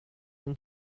than